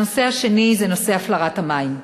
הנושא השני זה נושא הפלרת המים.